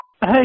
Hey